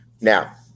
now